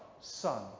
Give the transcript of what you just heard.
Son